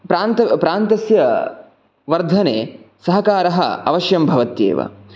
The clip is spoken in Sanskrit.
प्रान्त प्रान्तस्य वर्धने सहकारः अवश्यं भवत्येव